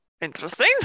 interesting